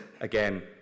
again